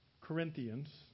Corinthians